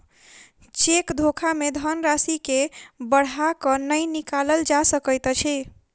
cheque धोखा मे धन राशि के बढ़ा क नै निकालल जा सकैत अछि